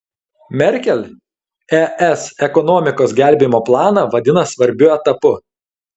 merkel es ekonomikos gelbėjimo planą vadina svarbiu etapu